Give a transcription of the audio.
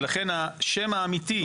ולכן השם האמיתי,